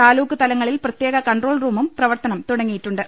താലൂക്ക്തലങ്ങളിൽ പ്രത്യേക കൺട്രോൾ റൂമും പ്രവർത്തനം തുടങ്ങിയിട്ടുണ്ട്